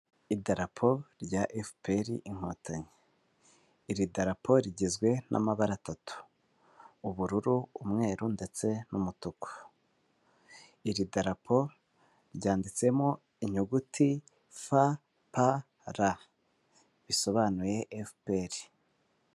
Idarapo rya FPR Inkotanyi, iri darapo rigizwe n'amabara atatu ubururu, umweru ndetse n'umutuku, iri darapo ryanditsemo inyuguti F P R bisobanuye FPR.